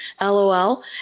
LOL